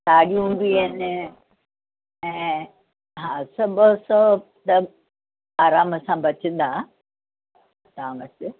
साड़ियूं बि आहिनि ऐं हा सौ ॿ सौ त आराम सां बचंदा तव्हां वटि